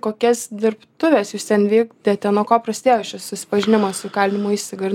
kokias dirbtuves jūs ten vykdėte nuo ko prasidėjo šis susipažinimas su įkalinimo įstaiga ir